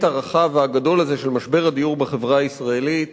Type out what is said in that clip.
הרחב והגדול הזה של משבר הדיור בחברה הישראלית